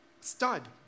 Stud